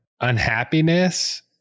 unhappiness